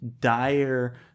dire